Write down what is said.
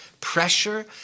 pressure